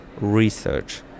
research